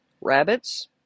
rabbits